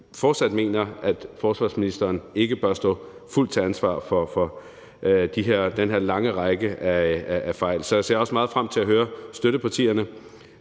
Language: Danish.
mener, at forsvarsministeren ikke bør stå fuldt til ansvar for den her lange række af fejl. Så jeg ser også meget frem til at høre støttepartierne.